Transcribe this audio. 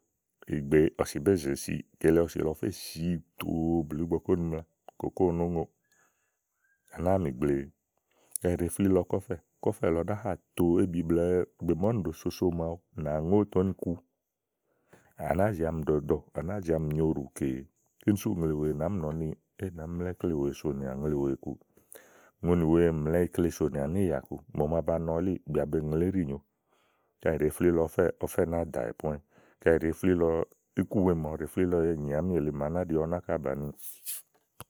ìgbè ɔ̀sì bèé zèe si, kele ɔ̀sì lɔ fè si tòo blù ígbɔké ú ni mla, kòkóò nó ŋoò, à nàáa mì gbee. kaɖi è ɖèe flílɔ kɔ̀fɛ̀, kɔ̀fɛ̀ lɔ ná hà tòo ébi blɛ̀ɛ ìgbè màa uni ɖòo soso màawu nà ŋò ètè uni ku, à nàáa zì amì ɖɔ̀ɖɔ̀ à nàáa zì onyo ùɖì à mì kèe. kíni sú ùŋle wèe nàáá mi nɔ̀ɔ ni é nàá mla ikle sònìà ùŋle kuù ùŋonì wèe mlàa ikle sònìà níìyà ku mò màa ba nɔ elíì, bìà bèe ŋlè íɖì nyo. kàɖi èɖe flílɔ ɔfɛ́ ɔfɛ́ nàáa dàwɛ̀ poányi kayi èɖe flílɔ, ikuwèe màa ènì àámi èle màa káɖí ɔwɛ náka bàni.